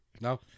No